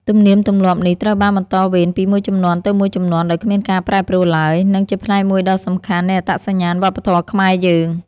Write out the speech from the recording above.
ទំនៀមទម្លាប់នេះត្រូវបានបន្តវេនពីជំនាន់មួយទៅជំនាន់មួយដោយគ្មានការប្រែប្រួលឡើយ និង ជាផ្នែកមួយដ៏សំខាន់នៃអត្តសញ្ញាណវប្បធម៌ខ្មែរយើង។